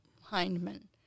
Hindman